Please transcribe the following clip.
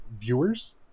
viewers